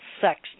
sex